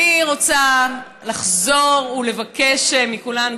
אני רוצה לחזור ולבקש מכולם,